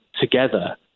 together